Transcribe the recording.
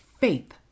faith